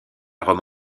rome